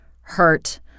hurt